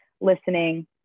listening